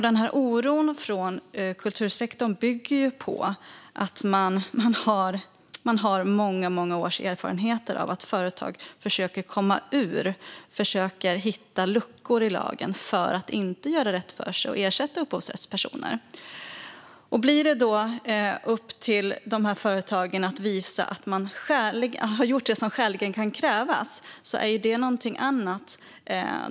Denna oro från kultursektorn bygger på att man har många års erfarenheter av att företag försöker hitta luckor i lagen för att inte göra rätt för sig och ersätta upphovsrättspersoner. Om det då blir upp till dessa företag att visa att de har gjort det som skäligen kan krävas är det någonting annat.